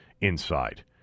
inside